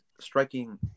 striking